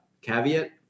caveat